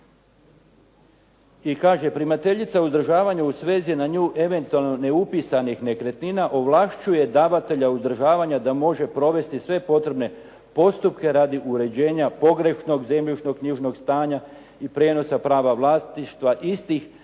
I kaže: "Primateljica uzdržavanja u svezi na nju eventualno neupisanih nekretnina ovlašćuje davatelja uzdržavanja da može provesti sve potrebne postupke radi uređenja pogrešnog zemljišno-knjižnog stanja i prijenosa prava vlasništva istih